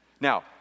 Now